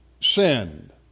sinned